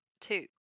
two